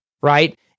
Right